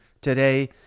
today